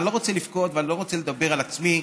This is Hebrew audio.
אני לא רוצה לבכות ואני לא רוצה לדבר על עצמי,